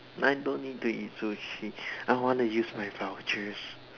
I don't need to eat sushi I wanna use my vouchers